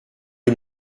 une